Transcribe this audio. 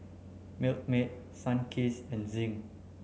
Milkmaid Sunkist and Zinc